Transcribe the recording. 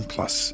Plus